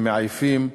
מעייפים,